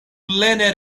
plene